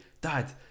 dad